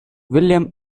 william